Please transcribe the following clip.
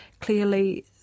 clearly